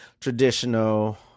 traditional